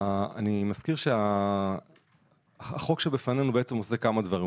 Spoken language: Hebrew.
אני מזכיר שהחוק שבפנינו עושה כמה דברים,